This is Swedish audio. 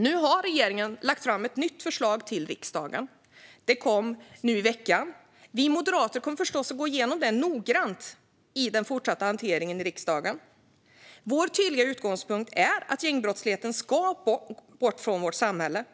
Nu har regeringen lagt ett nytt förslag till riksdagen. Det kom nu i veckan. Vi moderater kommer förstås att gå igenom det noggrant i den fortsatta hanteringen i riksdagen. Vår tydliga utgångspunkt är att gängbrottsligheten ska bort från vårt samhälle,